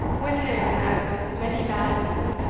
with him, as with many bad men,